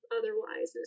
otherwise